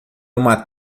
uma